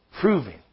proving